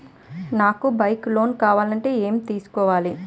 నాకు bike loan కావాలంటే ఎలా తీసుకోవాలి?